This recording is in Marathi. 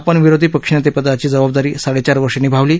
आपण विरोधी पक्षनेतेपदाची जबाबदारी साडेचार वर्ष भूमिका निभावली